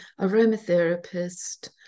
aromatherapist